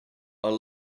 are